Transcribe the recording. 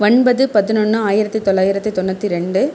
ஒன்பது பதினொன்று ஆயிரத்தி தொள்ளாயிரத்தி தொண்ணூற்றி ரெண்டு